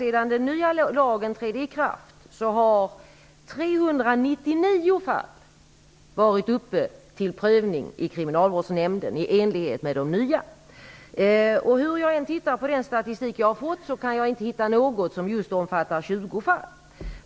Sedan den nya lagen trädde i kraft har 399 fall varit uppe till prövning i Kriminalvårdsnämnden i enlighet med de nya reglerna. Hur jag än läser statistiken kan jag inte finna att den omfattar just 20 fall.